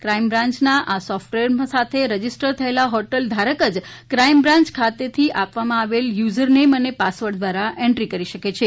crime બ્રાન્યના આ software સાથે રજીસ્ટર થયેલ હોટલ ધારક જ ક્રાઈમ બ્રાન્ચ ખાતેથી આપવામાં આવેલ યુઝરનેમ અને પાસવર્ડ દ્વારા એન્ટ્રી કરી શકે છે